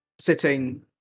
sitting